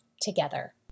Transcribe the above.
together